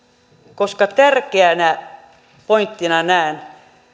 koska tärkeänä pointtina näen sen kun